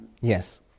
Yes